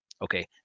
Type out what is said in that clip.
Okay